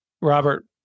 Robert